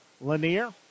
Lanier